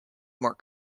more